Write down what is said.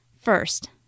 First